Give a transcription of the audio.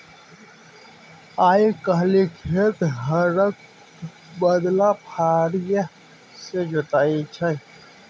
आइ काल्हि खेत हरक बदला फारीए सँ जोताइ छै